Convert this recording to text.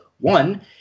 One